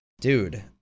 dude